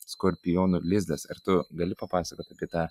skorpionų lizdas ar tu gali papasakot apie tą